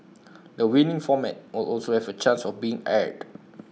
the winning format will also have A chance of being aired